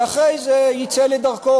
ואחרי זה יצא לדרכו.